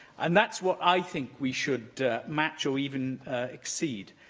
and that's what i think we should match or even exceed.